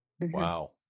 wow